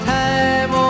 time